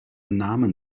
namen